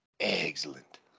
Excellent